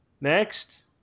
Next